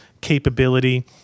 capability